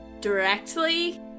directly